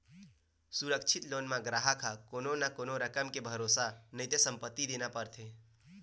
सुरक्छित लोन म गराहक ह कोनो न कोनो रकम के भरोसा नइते संपत्ति देना परथे